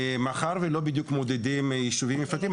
מאחר ולא מודדים בדיוק יישובים נפרדים,